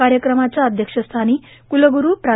कायक्रमाच्या अध्यक्षस्थानी कुलगुरू प्रो